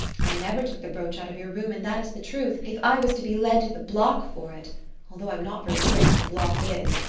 i never took the brooch out of your room and that is the truth, if i was to be led to the block for it although i'm not very certain what a block is.